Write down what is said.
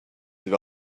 vers